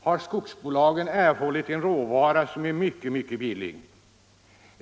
har skogsbolagen erhållit en råvara som är mycket billig.